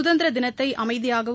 கதந்திரதினத்தை அமைதியாகவும்